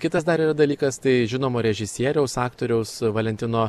kitas dar ir dalykas tai žinomo režisieriaus aktoriaus valentino